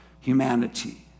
humanity